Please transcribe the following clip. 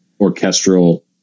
orchestral